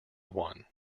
one